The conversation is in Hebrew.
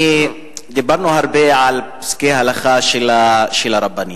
דיברנו הרבה על פסקי הלכה של הרבנים,